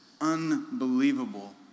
unbelievable